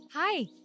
Hi